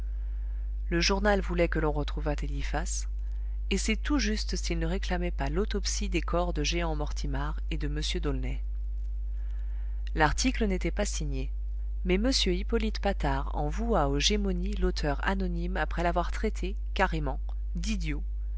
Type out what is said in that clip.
le journal voulait que l'on retrouvât eliphas et c'est tout juste s'il ne réclamait pas l'autopsie des corps de jehan mortimar et de m d'aulnay l'article n'était pas signé mais m hippolyte patard en voua aux gémonies l'auteur anonyme après l'avoir traité carrément d'idiot